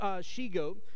she-goat